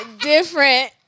different